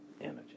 energy